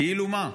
כאילו מה?